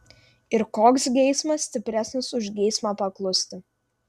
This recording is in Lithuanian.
ir koks geismas stipresnis už geismą paklusti